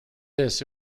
this